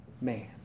man